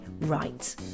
right